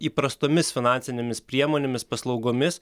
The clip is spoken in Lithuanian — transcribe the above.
įprastomis finansinėmis priemonėmis paslaugomis